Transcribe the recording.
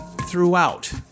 Throughout